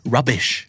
Rubbish